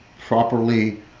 properly